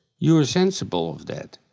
you're sensible of that.